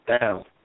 down